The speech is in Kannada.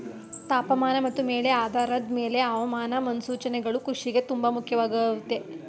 ತಾಪಮಾನ ಮತ್ತು ಮಳೆ ಆಧಾರದ್ ಮೇಲೆ ಹವಾಮಾನ ಮುನ್ಸೂಚನೆಗಳು ಕೃಷಿಗೆ ತುಂಬ ಮುಖ್ಯವಾಗಯ್ತೆ